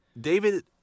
David